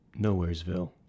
Nowheresville